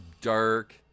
dark